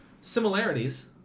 Similarities